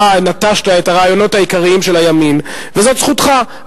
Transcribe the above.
אתה נטשת את הרעיונות העיקריים של הימין וזו זכותך,